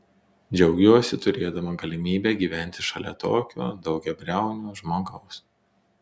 džiaugiuosi turėdama galimybę gyventi šalia tokio daugiabriaunio žmogaus